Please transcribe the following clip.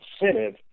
incentive